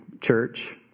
Church